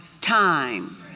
time